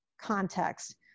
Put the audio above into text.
context